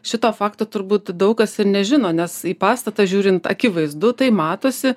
šito fakto turbūt daug kas ir nežino nes į pastatą žiūrint akivaizdu tai matosi